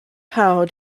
how